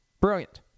Brilliant